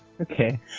Okay